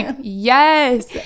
yes